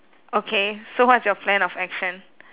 okay so what's your plan of action